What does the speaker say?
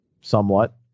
somewhat